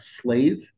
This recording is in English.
slave